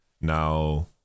now